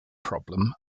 problem